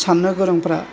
सानो गोरोंफ्रा